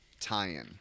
tie-in